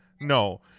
no